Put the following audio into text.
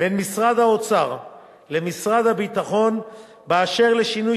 בין משרד האוצר למשרד הביטחון אשר לשינוי